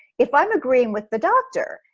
if i'm agreeing with the doctor.